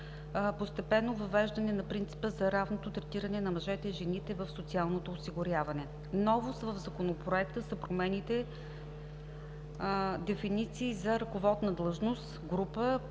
постепенно въвеждане на принципа за равното третиране на мъжете и жените в социалното осигуряване. Новост в Законопроекта са променените дефиниции за „ръководна длъжност“, „група“,